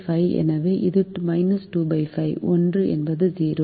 எனவே இந்த 25 முறை 1 என்பது 0